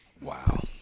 Wow